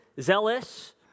zealous